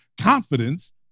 confidence